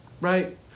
right